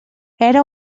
era